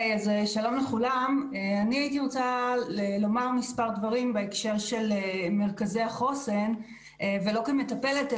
אני מבקשת לומר מספר דברים בהקשר של מרכזי החוסן ולא כמטפלת,